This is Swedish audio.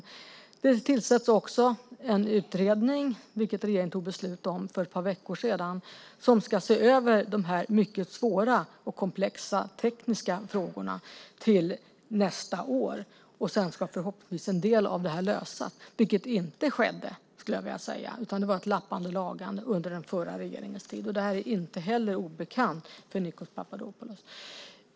Vi har tillsatt en utredning, vilket regeringen fattade beslut om för ett par veckor sedan, som ska se över de här mycket svåra och komplexa tekniska frågorna till nästa år. Sedan ska förhoppningsvis en del av det här lösas. Det skedde inte under den förra regeringens tid, då det var ett lappande och lagande. Det är inte heller obekant för Nikos Papadopoulos.